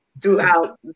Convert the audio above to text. throughout